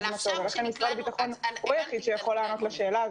לכן משרד הביטחון הוא היחיד שיכול לענות על השאלה הזאת.